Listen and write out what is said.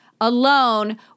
alone